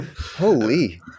holy